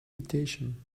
dictation